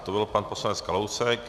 To byl pan poslanec Kalousek.